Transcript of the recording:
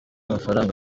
amafaranga